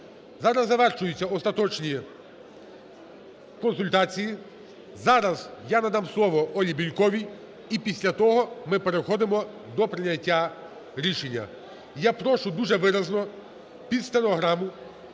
Зараз завершуються остаточні консультації. Зараз я надам слово Олі Бєльковій, і після того ми переходимо до прийняття рішення. Я прошу дуже виразно під стенограму